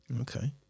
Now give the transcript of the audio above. okay